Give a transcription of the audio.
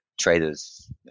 traders